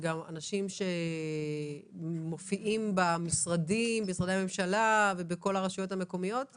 זה גם אנשים שמופיעים במשרדי הממשלה ובכל הרשויות המקומיות?